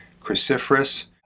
cruciferous